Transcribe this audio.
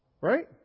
Right